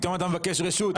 פתאום אתה מבקש רשות.